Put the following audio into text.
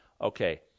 okay